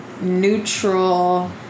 neutral